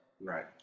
Right